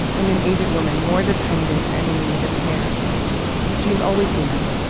an an aged woman more dependent and in need of care she is always human.